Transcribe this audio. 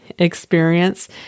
Experience